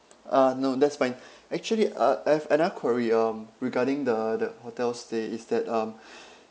ah no that's fine actually uh and and I query um regarding the the hotel stay is that um